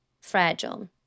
fragile